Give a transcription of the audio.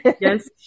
yes